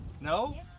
no